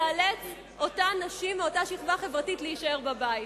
תיאלצנה אותן נשים מאותה שכבה חברתית להישאר בבית.